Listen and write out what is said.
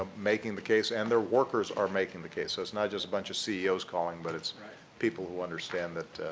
um making the case and their workers are making the case so it's not just a bunch of ceo's calling but its people who understand that